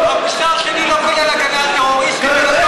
המוסר שלי לא כולל הגנה על טרוריסטים ולא על